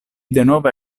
denove